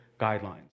guidelines